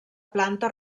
planta